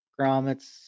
grommets